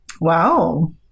Wow